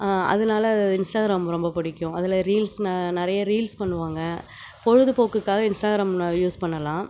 அதனால இன்ஸ்டாகிராம் ரொம்ப பிடிக்கும் அதில் ரீல்ஸ் நிறைய ரீல்ஸ் பண்ணுவாங்க பொழுது போக்குக்காக இன்ஸ்டாகிராம் யூஸ் பண்ணலாம்